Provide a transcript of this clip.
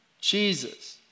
Jesus